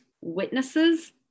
witnesses